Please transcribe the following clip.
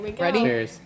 ready